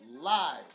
live